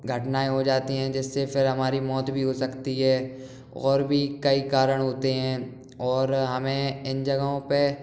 घटनाएं हो जाती है जिससे फिर हमारी मौत भी हो सकती है और भी कई कारण होते है और हमें इन जगहों पे